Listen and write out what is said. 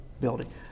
building